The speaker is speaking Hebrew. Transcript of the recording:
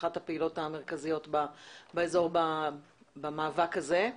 אחת הפעילות המרכזיות באזור במאבק הזה.